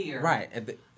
right